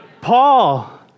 Paul